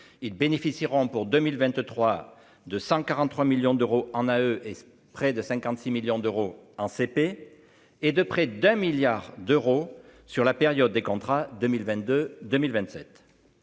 ils bénéficieront pour 2023 de 143 millions d'euros en à eux et près de 56 millions d'euros en CP et de près d'un milliard d'euros sur la période des contrats 2022 2027.